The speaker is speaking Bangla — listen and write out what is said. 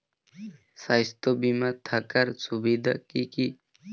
স্বাস্থ্য বিমা থাকার সুবিধা কী কী?